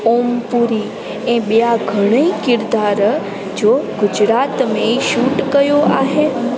ओमपुरी ऐं ॿिया घणेई किरदार जो गुजरात में शूट कयो आहे